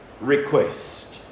request